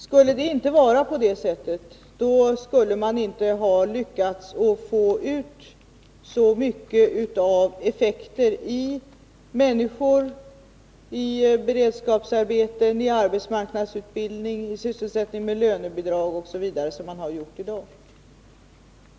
Skulle det inte vara så, då skulle man inte ha lyckats att få ut så mycket av effekter i form av människor i beredskapsarbeten, arbetsmarknadsutbildning, sysselsättning med lönebidrag osv. som man har i dag.